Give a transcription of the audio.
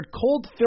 cold